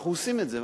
ואנחנו עושים את זה,